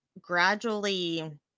gradually